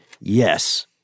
yes